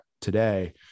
today